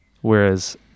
whereas